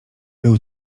był